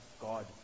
God